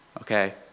Okay